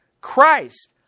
Christ